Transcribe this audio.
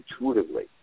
intuitively